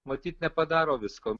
matyt nepadaro visko